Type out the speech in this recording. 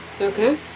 Okay